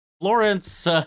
Florence